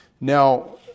Now